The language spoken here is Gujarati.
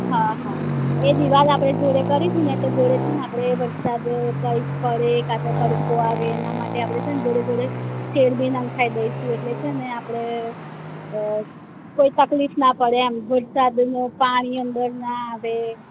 હા હા એ દીવાલ આપડે જોડે કરીતી ને તે જોડે છે ને આપડે વરસાદ કઈ પડે કા તો તડકો આવે એના માટે આપડે છે ને જોડે જોડે સેડ બી નખાઈ દઈસુ એટલે છે ને આપડે કોઈ તકલીફ ના પડે એમ વરસાદનું પાણી અંદર ના આવે